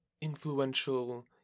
influential